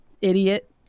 idiot